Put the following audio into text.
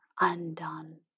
undone